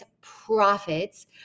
profits